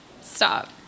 Stop